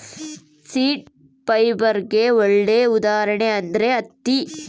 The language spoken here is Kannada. ಸೀಡ್ ಫೈಬರ್ಗೆ ಒಳ್ಳೆ ಉದಾಹರಣೆ ಅಂದ್ರೆ ಹತ್ತಿ